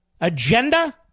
agenda